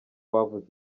bavuze